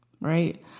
right